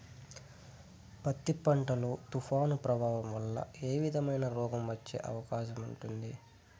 పత్తి పంట లో, తుఫాను ప్రభావం వల్ల ఏ విధమైన రోగం వచ్చే అవకాశం ఉంటుంది?